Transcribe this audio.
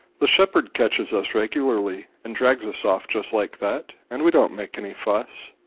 the shepherd catches us regularly and drags us off just like that, and we don't make any fuss.